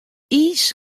iis